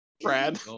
Brad